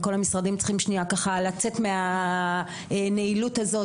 וכל המשרדים צריכים שנייה לצאת מהנעילות הזאת